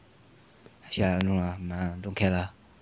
actually I don't know lah nah don't care lah